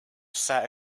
sat